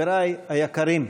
חבריי היקרים,